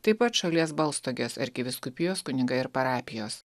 taip pat šalies balstogės arkivyskupijos kunigai ir parapijos